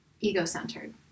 Ego-centered